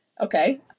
okay